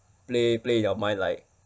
play play in your mind like